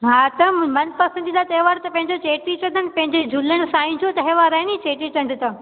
हा त मनपसंद जा त्योहारु त पहिंजो चेटी चंड पहिंजो झूलण साईं ॼो त्योहारु आहे न चेटीचंड त